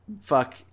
fuck